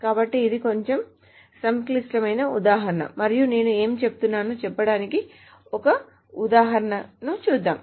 కాబట్టి ఇది కొంచెం సంక్లిష్టమైన ఉదాహరణ మరియు నేను ఏమి చెబుతున్నానో చెప్పడానికి ఒక ఉదాహరణను చూద్దాం